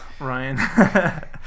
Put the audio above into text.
Ryan